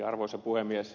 arvoisa puhemies